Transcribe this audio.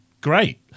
great